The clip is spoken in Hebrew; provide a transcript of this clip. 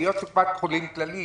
היות וקופת חולים כללית,